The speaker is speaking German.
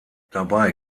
dabei